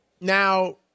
Now